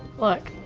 look,